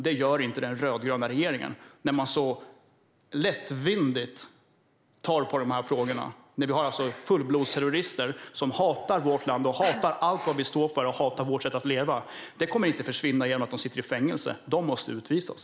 Det gör inte den rödgröna regeringen när det gäller svenska medborgare när man tar så lättvindigt på de här frågorna. Vi har fullblodsterrorister som hatar vårt land, hatar allt vad vi står för och hatar vårt sätt att leva. Det kommer inte att försvinna genom att de sitter i fängelse. De måste utvisas.